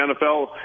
NFL